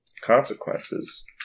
consequences